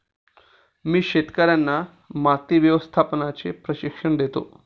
मी शेतकर्यांना माती व्यवस्थापनाचे प्रशिक्षण देतो